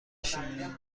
بشینین